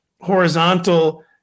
horizontal